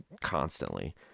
constantly